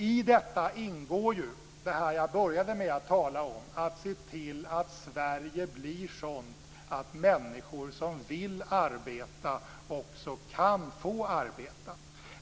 I detta ingår det som jag började med att tala om, nämligen att se till att Sverige blir sådant att människor som vill arbeta också kan få arbeta.